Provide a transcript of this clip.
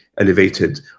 elevated